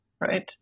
Right